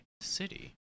City